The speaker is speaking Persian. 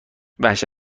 وحشت